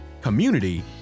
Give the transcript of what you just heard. community